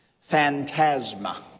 phantasma